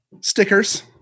Stickers